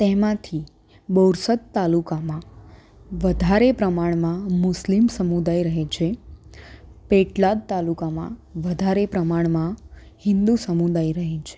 તેમાંથી બોરસદ તાલુકામાં વધારે પ્રમાણમાં મુસ્લિમ સમુદાય રહે છે પેટલાદ તાલુકામાં વધારે પ્રમાણમાં હિન્દુ સમુદાય રહે છે